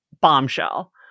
bombshell